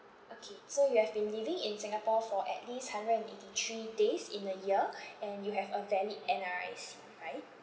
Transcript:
okay so you have been living in singapore for at least hundred and eighty three days in a year and you have a valid N_R_I_C right